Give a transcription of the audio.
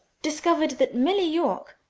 discovered that milly york,